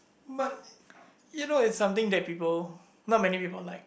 but you know it's something that people not many people like